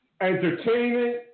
Entertainment